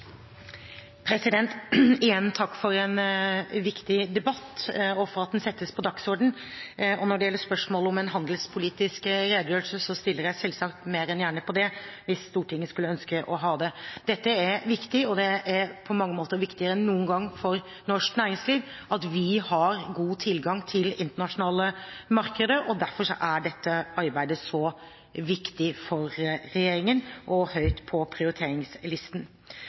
Igjen – takk for en viktig debatt, og for at den settes på dagsordenen. Når det gjelder spørsmålet om en handelspolitisk redegjørelse, stiller jeg selvsagt mer enn gjerne på det, hvis Stortinget skulle ønske å ha det. Dette er viktig, det er på mange måter viktigere enn noen gang for norsk næringsliv at vi har god tilgang til internasjonale markeder, og derfor er dette arbeidet så viktig for regjeringen og høyt på prioriteringslisten.